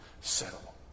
settle